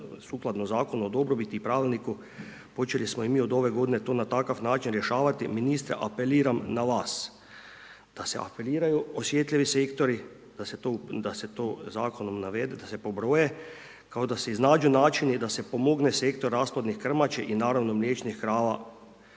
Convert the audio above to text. sukladno zakonu o dobrobiti i pravilniku počeli smo i mi od ove godine na takav način rješavati. Ministre, apeliram na vas da se .../Govornik se ne razumije./... osjetljivi sektori, da se to zakonom navede, da se pobroje, da se iznađu načini da se pomogne sektor rasplodnih krmači i naravno mliječnih krava